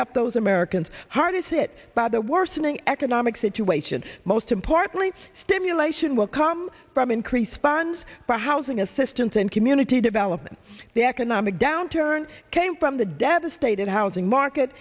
help those americans hardest hit by the worsening economic situation most importantly stimulation will come from increase fans for housing assistance and community development the economic downturn came from the devastated housing market